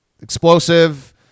Explosive